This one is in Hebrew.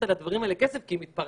על הדברים האלה כסף כי היא מתפרנסת,